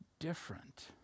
different